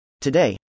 Today